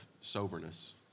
soberness